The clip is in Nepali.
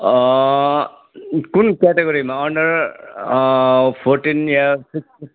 कुन क्याटागरीमा अन्डर फोर्टिन या सिक्सटिन